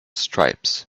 stripes